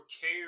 care